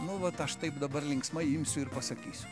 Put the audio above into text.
nu vat aš taip dabar linksmai imsiu ir pasakysiu